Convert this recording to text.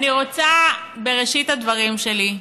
אני רוצה בראשית הדברים שלי לברך,